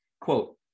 quote